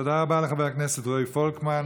תודה רבה לחבר הכנסת רועי פולקמן.